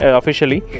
officially